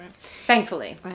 Thankfully